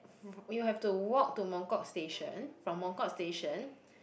we'll have to walk to Mongkok station from Mongkok station